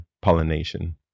pollination